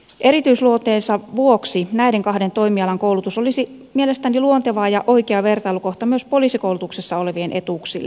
erityisluonteensa vuoksi näiden kahden toimialan koulutus olisi mielestäni luonteva ja oikea vertailukohta myös poliisikoulutuksessa olevien etuuksille